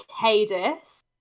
Cadis